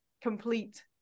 complete